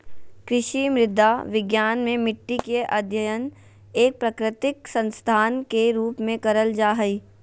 कृषि मृदा विज्ञान मे मट्टी के अध्ययन एक प्राकृतिक संसाधन के रुप में करल जा हई